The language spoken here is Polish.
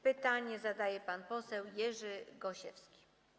Pytanie zadaje pan poseł Jerzy Gosiewski.